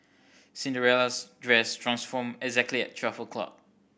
Cinderella's dress transformed exactly at twelve o'clock